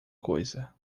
coisa